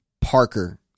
Parker